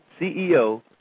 CEO